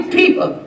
people